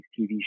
TV